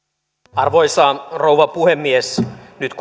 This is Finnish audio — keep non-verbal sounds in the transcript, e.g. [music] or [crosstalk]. arvoisa rouva puhemies nyt [unintelligible]